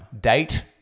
Date